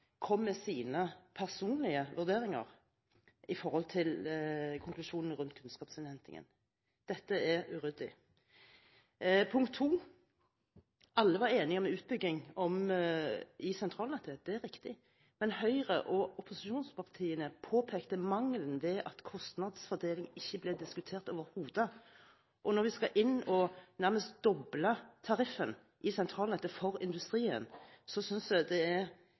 kom med sine personlige vurderinger med hensyn til konklusjonene rundt kunnskapsinnhentingen. Dette er uryddig. Punkt 2: Alle var enige om utbygging i sentralnettet – det er riktig. Men Høyre og og de andre opposisjonspartiene påpekte mangelen ved at kostnadsfordelingen ikke ble diskutert overhodet. Og når vi skal inn og nærmest doble tariffen i sentralnettet for industrien, synes jeg det er